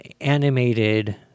animated